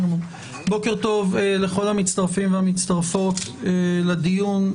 בוקר טוב לכל המצטרפים והמצטרפות לדיון.